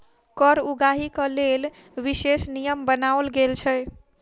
कर उगाहीक लेल विशेष नियम बनाओल गेल छै